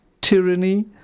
tyranny